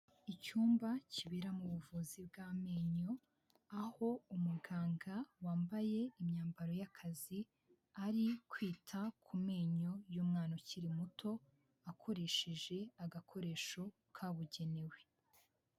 Icyumba kiberamo ubuvuzi bw'amenyo, aho umuganga wambaye imyambaro y'akazi, ari kwita ku menyo y'umwana ukiri muto, akoresheje agakoresho kabugenewe.